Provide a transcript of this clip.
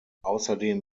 außerdem